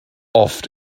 oft